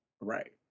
Right